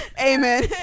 Amen